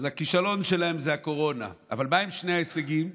הכישלון שלהם זה הקורונה, אבל מהם שני ההישגים?